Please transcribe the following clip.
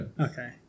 Okay